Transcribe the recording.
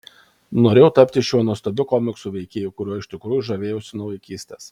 norėjau tapti šiuo nuostabiu komiksų veikėju kuriuo iš tikrųjų žavėjausi nuo vaikystės